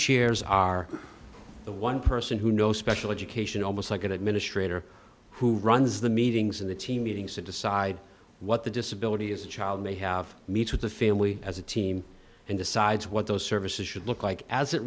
chairs are the one person who know special education almost like an administrator who runs the meetings and the team meetings to decide what the disability is the child may have meets with the family as a team and decides what those services should look like as it